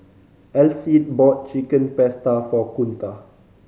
Alcide bought Chicken Pasta for Kunta